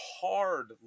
hard